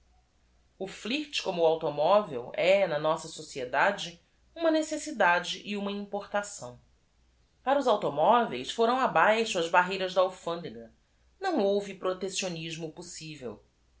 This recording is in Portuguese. imprevistas flirt como o automóvel é na nossa sociedade uma necessidade e uma importação ara os automóveis foram abaixo as barreiras da lfândega não houve proteccionismo possivel